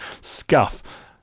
scuff